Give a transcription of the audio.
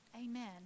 Amen